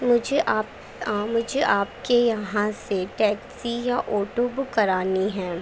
مجھے آپ مجھے آپ کے یہاں سے ٹیکسی یا آٹو بک کرانی ہیں